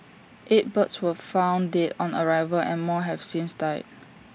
eight birds were found dead on arrival and more have since died